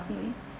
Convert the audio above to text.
mmhmm